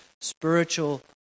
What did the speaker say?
spiritual